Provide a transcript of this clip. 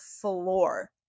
floor